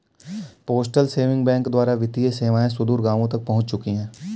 postal saving bank द्वारा वित्तीय सेवाएं सुदूर गाँवों तक पहुंच चुकी हैं